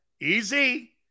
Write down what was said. easy